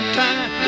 time